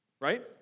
Right